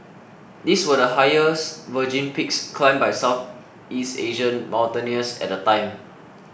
these were the highest virgin peaks climbed by Southeast Asian mountaineers at the time